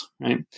right